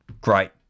great